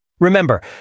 Remember